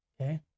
Okay